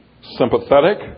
sympathetic